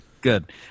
Good